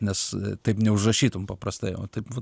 nes taip neužrašytum paprastai o taip